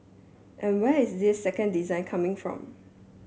and where is this second design coming from